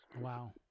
Wow